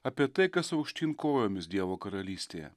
apie tai kas aukštyn kojomis dievo karalystėje